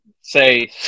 say